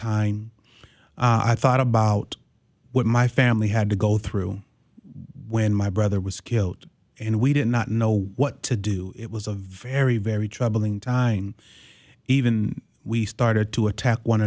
time i thought about what my family had to go through when my brother was killed and we did not know what to do it was a very very troubling time even we started to attack one